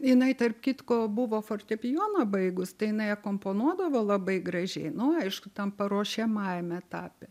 jinai tarp kitko buvo fortepijoną baigus tai jinai akompanuodavo labai gražiai nu aišku tam paruošiamajam etape